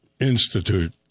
Institute